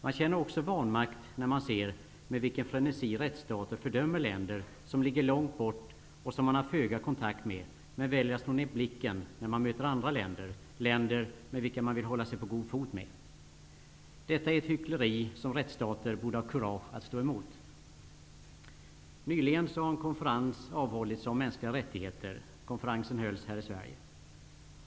Man känner också vanmakt när man ser med vilken frenesi rättsstater fördömer länder som ligger långt bort och som man har föga kontakt med men väljer att slå ned blicken när man möter representanter för andra länder, länder med vilka man vill hålla sig på god fot med. Detta är ett hyckleri som fria rättsstater borde ha kurage att stå emot. Nyligen har en konferens avhållits om mänskliga rättigheter. Konferensen hölls här i Sverige.